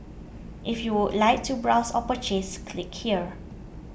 if you would like to browse or purchase click here